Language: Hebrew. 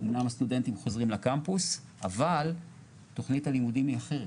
אמנם הסטודנטים חוזרים לקמפוס אבל תוכנית הלימודים היא אחרת.